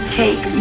take